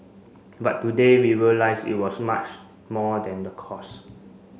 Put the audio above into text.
but today we realise it was much more than the cost